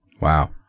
Wow